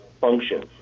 function